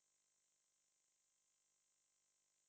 what the heck con~ con~